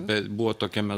buvo tokiame